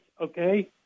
okay